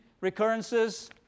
recurrences